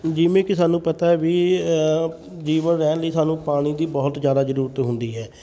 ਜਿਵੇਂ ਕਿ ਸਾਨੂੰ ਪਤਾ ਵੀ ਜੀਵਤ ਰਹਿਣ ਲਈ ਸਾਨੂੰ ਪਾਣੀ ਦੀ ਬਹੁਤ ਜ਼ਿਆਦਾ ਜ਼ਰੂਰਤ ਹੁੰਦੀ ਹੈ